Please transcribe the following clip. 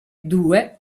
due